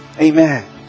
Amen